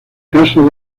casa